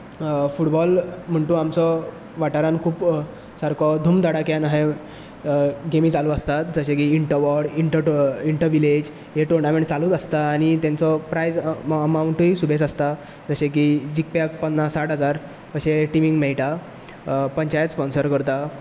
football म्हूण तूं आमचो वाठारांत खूब सारको धुमधडाक्यान अहें गेमी चालू आसतात जशें की इंटर वॉर्ड इंटर विलेज हे टुर्नामेंट चालूच आसतात आनी तांचो प्रायज अमांवटूय सुबेज आसता जशें की जिकप्याक पन्नास साठ हजार तशें टिमीक मेळटा पंचायत स्पोंसर करता